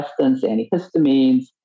antihistamines